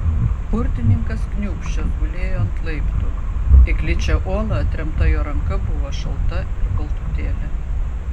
burtininkas kniūbsčias gulėjo ant laiptų į gličią uolą atremta jo ranka buvo šalta ir baltutėlė